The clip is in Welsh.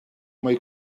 mae